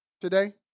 today